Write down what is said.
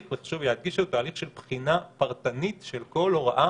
חשוב לי להדגיש שהתהליך הוא תהליך של בחינה פרטנית של כל הוראה